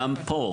גם פה,